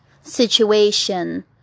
situation